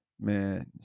man